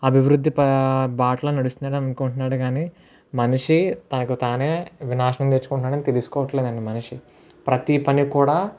అభివృద్ధి ప బాటలో నడుస్తున్నాడు అనుకుంటున్నాడు కాని మనిషి తనకు తానే వినాశనం తెచ్చుకుంటున్నాడని తెలుసుకోవట్లేదు అండి మనిషి ప్రతి పనికి కూడా